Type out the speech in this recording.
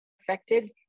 affected